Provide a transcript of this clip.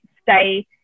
stay